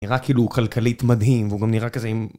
נראה כאילו הוא כלכלית מדהים, והוא גם נראה כזה עם...